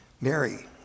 Mary